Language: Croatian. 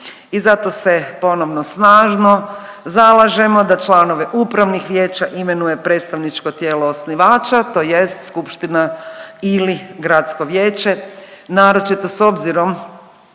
I zato se ponovo snažno zalažemo da članove upravnih vijeća imenuje predstavničko tijelo osnivača tj. skupština ili gradsko vijeće naročito s obzirom